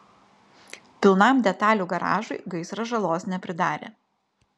pilnam detalių garažui gaisras žalos nepridarė